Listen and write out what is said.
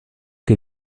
che